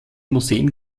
museen